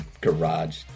garage